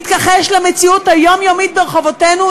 מתכחש למציאות היומיומית ברחובותינו.